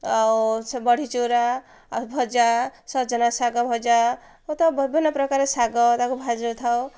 ଆଉ ସେ ବଢ଼ିଚୁରା ଆଉ ଭଜା ସଜନା ଶାଗ ଭଜା ଓ ତ ବିଭିନ୍ନ ପ୍ରକାର ଶାଗ ତାକୁ ଭାଜିଥାଉ